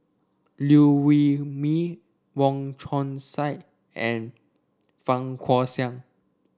Liew Wee Mee Wong Chong Sai and Fang Guixiang